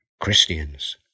Christians